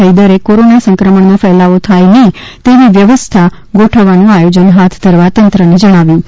હૈદરે corona સંક્રમણનો ફેલાવો થાય નહીં તેવી વ્યવસ્થા ગોઠવવાનું આયોજન હાથ ધરવા તંત્ર ને જણાવ્યુ છે